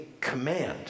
command